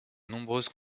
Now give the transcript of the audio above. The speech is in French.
nombreuses